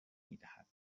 میدهد